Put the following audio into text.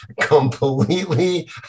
completely